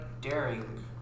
daring